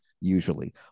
usually